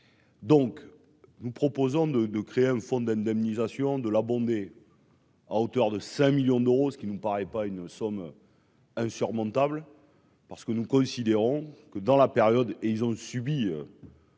donc nous proposons de de créer un fonds d'indemnisation de l'abonné. à hauteur de 5 millions d'euros, ce qui nous paraît pas une somme. Insurmontable, parce que nous considérons que dans la période, et ils ont subi.